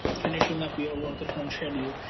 finishing up your work-at-home schedule.